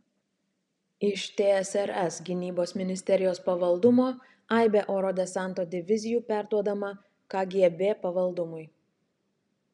iš tsrs gynybos ministerijos pavaldumo aibė oro desanto divizijų perduodama kgb pavaldumui